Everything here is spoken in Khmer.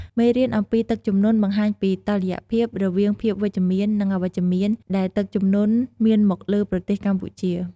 មេរៀនអំពីទឹកជំនន់បង្ហាញពីតុល្យភាពរវាងភាពវិជ្ជមាន និងអវិជ្ជមានដែលទឹកជំនន់មានមកលើប្រទេសកម្ពុជា។